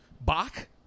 Bach